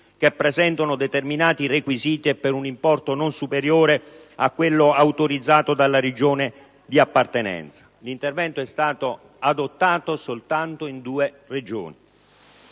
che presentano determinati requisiti e per un importo non superiore a quello autorizzato dalla Regione di appartenenza. L'intervento è stato adottato soltanto in due Regioni.